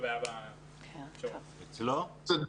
-- קודם כל